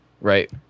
Right